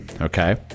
Okay